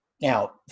Now